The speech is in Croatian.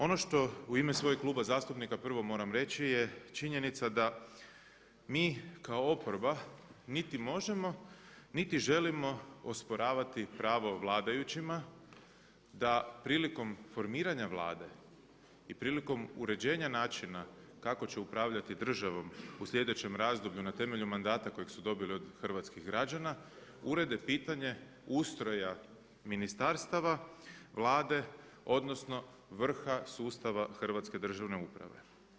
Ono što u ime svojeg kluba zastupnika prvo moram reći je činjenica da mi kao oporba niti možemo, niti želimo osporavati pravo vladajućima da prilikom formiranja Vlade i prilikom uređenja načina kako će upravljati državom u sljedećem razdoblju na temelju mandata kojeg su dobili od hrvatskih građana, urede pitanje ustroja ministarstava, Vlade odnosno vrha sustava hrvatske državne uprave.